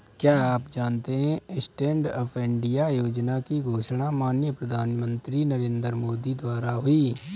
क्या आप जानते है स्टैंडअप इंडिया योजना की घोषणा माननीय प्रधानमंत्री नरेंद्र मोदी द्वारा हुई?